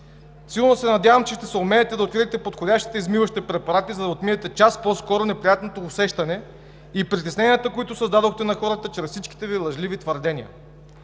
Силно се надявам, че ще съумеете да откриете подходящите измиващи препарати, за да отмиете час по-скоро неприятното усещане и притесненията, които създадохте на хората чрез всичките Ви лъжливи твърдения.